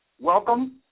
welcome